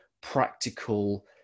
practical